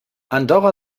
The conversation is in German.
andorra